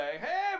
Hey